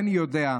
אינני יודע.